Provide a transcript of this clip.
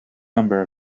number